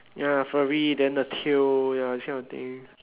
ya furry then the tail those kind of things